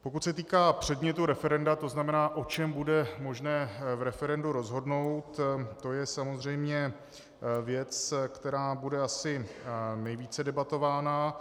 Pokud se týká předmětu referenda, to znamená, o čem bude možné v referendu rozhodnout, to je samozřejmě věc, která bude asi nejvíce debatována.